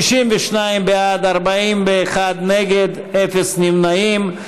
62 בעד, 41 נגד, אפס נמנעים.